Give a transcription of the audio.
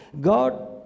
God